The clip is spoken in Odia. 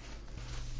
ୟୁଏନ୍